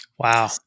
Wow